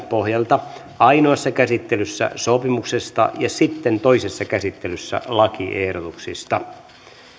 pohjalta ainoassa käsittelyssä sopimuksesta ja sitten toisessa käsittelyssä lakiehdotuksista